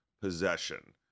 possession